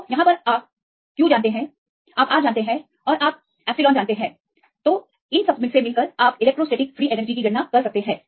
तो आपके पास वह q है जिसे आप जानते हैंR हम जानते हैं एप्सिलॉन हम इस मामले में किसी भी मामले के लिए जानते हैं आप इलेक्ट्रोस्टैटिक फ्री एनर्जी की गणना कर सकते हैं